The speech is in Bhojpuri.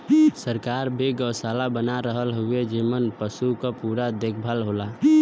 सरकार भी गौसाला बना रहल हउवे जेमन पसु क पूरा देखभाल होला